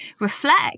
reflect